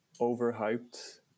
overhyped